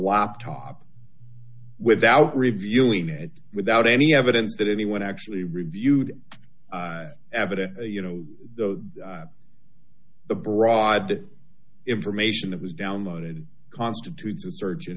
laptop without reviewing it without any evidence that anyone actually reviewed evidence you know the broad information that was downloaded constitutes a search in